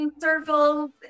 circles